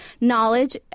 knowledge